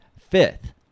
fifth